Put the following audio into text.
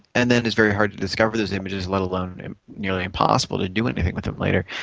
and then it's very hard to discover those images let alone nearly impossible to do anything with them later.